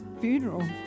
funeral